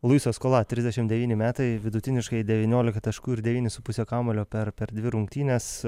luisas skola trisdešimt devyni metai vidutiniškai devyniolika taškų ir devyni su puse kamuolio per per dvi rungtynes